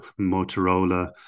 Motorola